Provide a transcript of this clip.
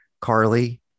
Carly